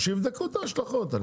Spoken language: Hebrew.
שיבדקו את ההשלכות.